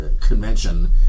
convention